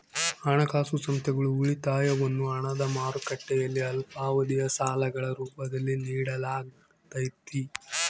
ಹಣಕಾಸು ಸಂಸ್ಥೆಗಳು ಉಳಿತಾಯವನ್ನು ಹಣದ ಮಾರುಕಟ್ಟೆಯಲ್ಲಿ ಅಲ್ಪಾವಧಿಯ ಸಾಲಗಳ ರೂಪದಲ್ಲಿ ನಿಡಲಾಗತೈತಿ